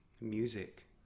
music